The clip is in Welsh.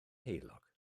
heulog